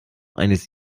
eines